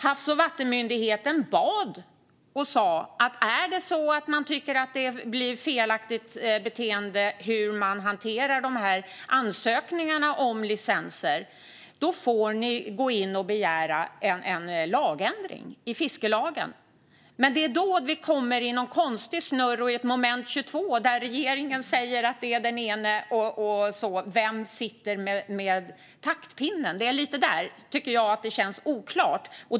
Havs och vattenmyndigheten sa: Om man tycker att det blir ett felaktigt beteende när det gäller hur ansökningarna om licenser hanteras får ni gå in och begära en lagändring i fiskelagen. Men då blir det en konstig snurr och ett moment 22 där regeringen säger att det är den ene och eller den andre och så. Vem håller i taktpinnen? Det är lite där som jag tycker att det känns oklart.